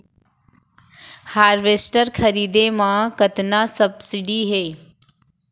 Harvester खरीदे म कतना सब्सिडी हे?